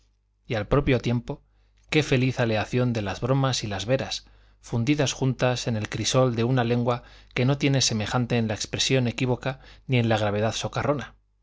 y al propio tiempo qué feliz aleación de las bromas y las veras fundidas juntas en el crisol de una lengua que no tiene semejante en la expresión equívoca ni en la gravedad socarrona